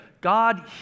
God